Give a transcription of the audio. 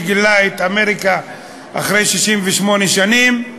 שגילה את אמריקה אחרי 68 שנים,